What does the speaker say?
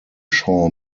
shaw